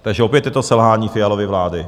Takže opět je to selhání Fialovy vlády.